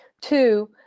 Two